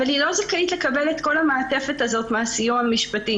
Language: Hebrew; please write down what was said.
אבל היא לא זכאית לקבל את כל המעטפת הזו מהסיוע המשפטי,